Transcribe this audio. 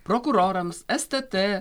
prokurorams stt